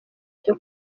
cyo